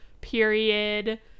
period